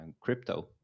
crypto